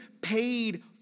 paid